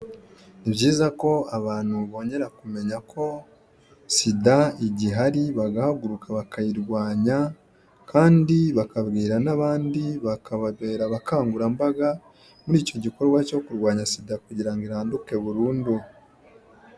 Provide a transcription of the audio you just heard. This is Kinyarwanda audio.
Nibyiza ko abantu bongera kumenya ko sida igihari bagahaguruka bakayirwanya, kandi bakabwira n'abandi bakababera abakangurambaga muri icyo gikorwa cyo kurwanya sida kugira ngo iranduke burundu.